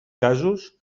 casos